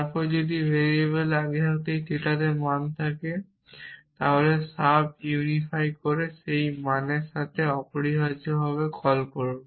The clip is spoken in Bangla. তারপর যদি ভ্যারিয়েবলের আগে থেকেই থিটাতে মান থাকে তাহলে সাব ইউনিফাই করে সেই মানের সাথে অপরিহার্যভাবে কল করুন